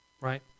right